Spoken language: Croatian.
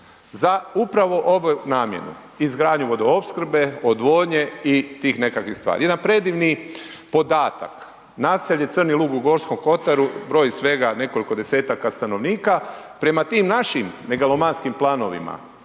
za upravo ovu namjenu, izgradnju vodoopskrbe, odvodnje i tih nekakvih stvari. Jedan predivni podatak, naselje Crni lug u Gorskom kotaru broji svega nekoliko desetaka stanovnika. Prema tim našim megalomanskim planovima,